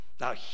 Now